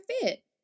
fit